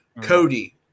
Cody